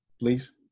please